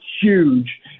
huge